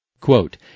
Quote